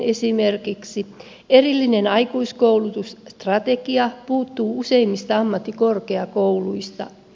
esimerkiksi erillinen aikuiskoulutusstrategia puuttuu useimmista ammattikorkeakouluista